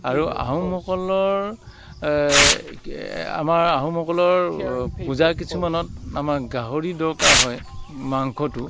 আৰু আহোমসকলৰ আমাৰ আহোমসকলৰ পূজা কিছুমানত আমাৰ গাহৰি দৰকাৰ হয় মাংসটো